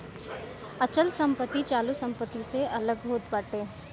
अचल संपत्ति चालू संपत्ति से अलग होत बाटे